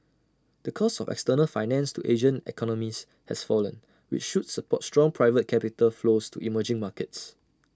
the cost of external finance to Asian economies has fallen which should support strong private capital flows to emerging markets